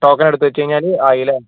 token എടുത്ത് വെച്ച് കഴിഞ്ഞാൽ ആയില്ലേ